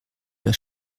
das